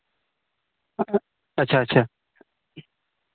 ᱟᱪᱪᱷᱟ ᱟᱪᱪᱷᱟ